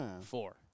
Four